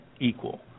equal